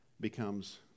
becomes